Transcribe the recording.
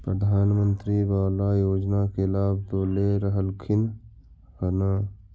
प्रधानमंत्री बाला योजना के लाभ तो ले रहल्खिन ह न?